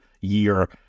year